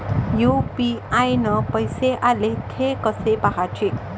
UPI न पैसे आले, थे कसे पाहाचे?